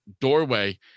doorway